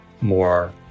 more